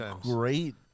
great